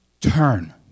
turn